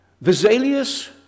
Vesalius